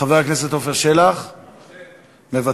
חבר הכנסת עפר שלח, מוותר,